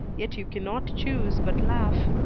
yet you cannot choose but laugh,